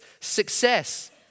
success